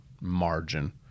margin